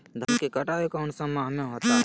धान की कटाई कौन सा माह होता है?